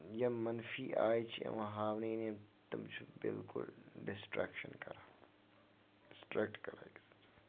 یِم مَنفی آیہِ چھِ یِوان ہاونہٕ یعنی تِم چھِ بِلکُل ڈِسٹریکشن کران ڈِسٹریکٹ کران أکِس اِنسانَس